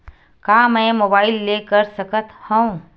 का मै मोबाइल ले कर सकत हव?